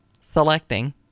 selecting